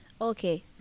Okay